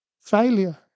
failure